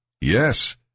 Yes